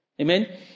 Amen